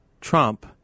Trump